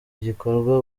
igikorwa